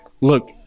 look